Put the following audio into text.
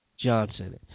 johnson